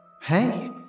Hey